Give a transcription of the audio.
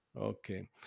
Okay